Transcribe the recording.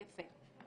יפה.